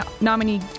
nominee